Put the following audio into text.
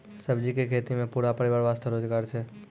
सब्जी के खेतों मॅ पूरा परिवार वास्तॅ रोजगार छै